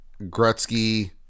Gretzky